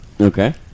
Okay